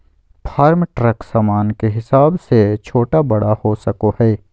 farm truck सामान के हिसाब से छोटा बड़ा हो सको हय